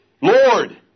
Lord